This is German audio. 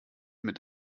mit